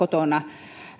kotona